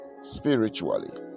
spiritually